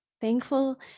thankful